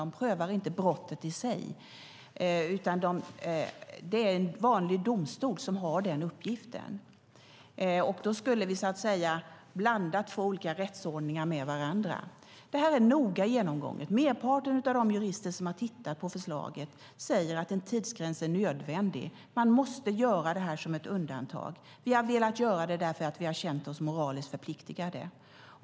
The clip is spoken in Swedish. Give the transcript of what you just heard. De prövar inte brottet i sig, utan det är en vanlig domstol som har den uppgiften. Då skulle vi blanda två olika rättsordningar med varandra. Detta är noga genomgånget. Merparten av de jurister som har tittat på förslaget säger att en tidsgräns är nödvändig. Man måste göra detta som ett undantag. Vi har velat göra det därför att vi har känt oss moraliskt förpliktade.